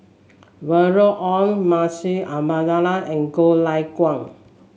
Violet Oon Munshi Abdullah and Goh Lay Kuan